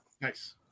Nice